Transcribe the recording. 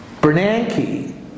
Bernanke